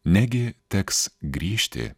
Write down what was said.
negi teks grįžti